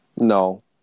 No